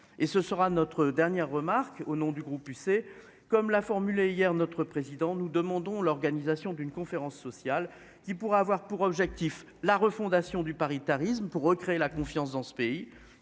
et ce sera notre dernière remarque au nom du groupe UC comme l'a formulé hier notre président nous demandons l'organisation d'une conférence sociale qui pourrait avoir pour objectif la refondation du paritarisme pour recréer la confiance dans ce pays